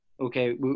Okay